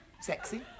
Sexy